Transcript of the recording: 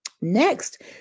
Next